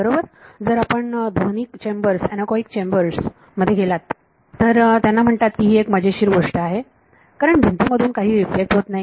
बरोबर जर आपण ध्वनिक चेंबर्स अॅनोकोइक चेंबर्स मध्ये गेलात तर त्यांना म्हणतात की ही एक अतिशय मजेदार गोष्ट आहे कारण भिंतींमधून काहीही रिफ्लेक्ट होत नाही